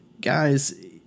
Guys